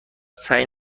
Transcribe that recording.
سعی